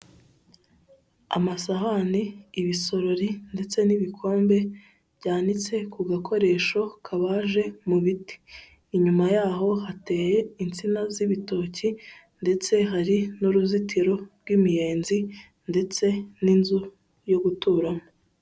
Amasahani, ibisorori ndetse n'ibikombe byanitse ku gakoresho kabaje mu biti, inyuma yaho hateye insina z'ibitoki ndetse hari n'uruzitiro rw'imiyenzi ndetse n'inzu yo guturamo.